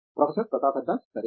professor Pratap Haridas సరే